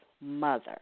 mother